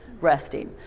resting